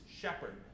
shepherd